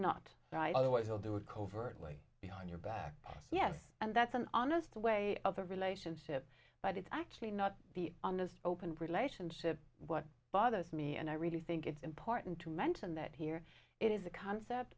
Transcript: not right away he'll do it covertly behind your back yes and that's an honest way of the relationship but it's actually not the honest open relationship what bothers me and i really think it's important to mention that here it is a concept